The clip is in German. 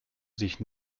sich